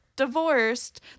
divorced